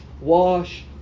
wash